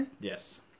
yes